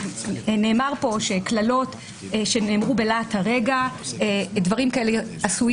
קללות שנאמרו בלהט הרגע זה משהו שעשוי